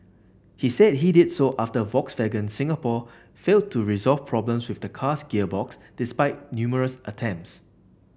he said he did so after Volkswagen Singapore failed to resolve problems with the car's gearbox despite numerous attempts